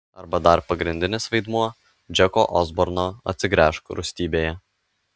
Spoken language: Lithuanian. arba dar pagrindinis vaidmuo džeko osborno atsigręžk rūstybėje